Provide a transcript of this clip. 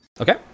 Okay